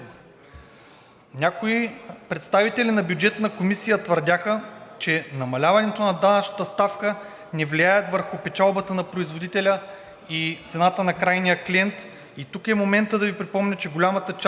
Някои представители на Бюджетна комисия твърдяха, че намаляването на данъчните ставки не влияе върху печалбата на производителя и цената на крайния клиент. Тук е моментът да Ви припомня, че голямата част от